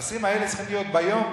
הנושאים האלה צריכים להיות בבוקר,